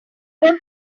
want